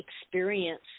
experience